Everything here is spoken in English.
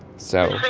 so.